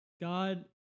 God